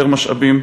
יותר משאבים,